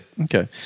Okay